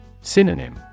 Synonym